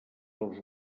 els